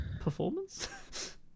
performance